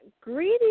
greedy